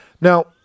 Now